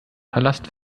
palast